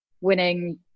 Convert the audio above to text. Winning